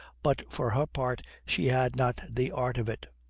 but for her part she had not the art of it.